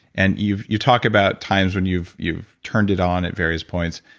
and you've you've talked about times when you've you've turned it on at various points,